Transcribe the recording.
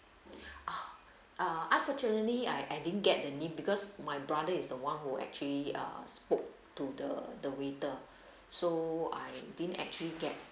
oh uh unfortunately I I didn't get the name because my brother is the one who actually uh spoke to the the waiter so I didn't actually get